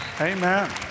Amen